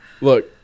Look